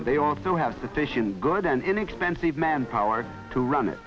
and they also have sufficient good and inexpensive manpower to run it